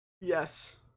Yes